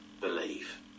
believe